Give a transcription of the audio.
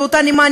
באותה הנימה,